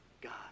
God